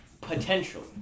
potential